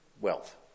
wealth